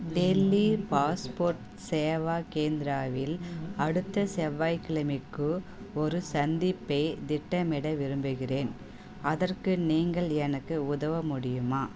Delhi passport Seva கேந்திராவில் அடுத்த செவ்வாய்க்கிழமைக்கு ஒரு சந்திப்பைத் திட்டமிட விரும்புகிறேன் அதற்கு நீங்கள் எனக்கு உதவ முடியுமா